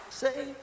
say